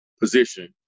position